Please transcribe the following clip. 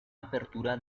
apertura